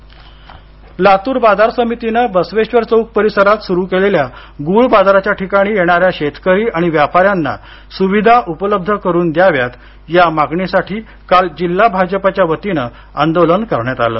लातूर बाजार लातूर बाजार समितीनं बसवेश्वर चौक परिसरात सुरू केलेल्या गुळ बाजाराच्या ठिकाणी येणाऱ्या शेतकरी आणि व्यापाऱ्यांना सुविधा उपलब्ध करून द्याव्यात या मागणीसाठी काल जिल्हा भाजपच्या वतीने आंदोलन करण्यात आलं